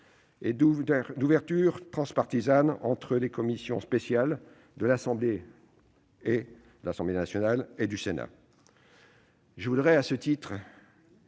et d'ouverture transpartisane entre les commissions spéciales de l'Assemblée nationale et du Sénat. Je souhaite à cet